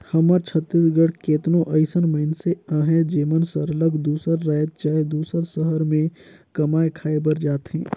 हमर छत्तीसगढ़ कर केतनो अइसन मइनसे अहें जेमन सरलग दूसर राएज चहे दूसर सहर में कमाए खाए बर जाथें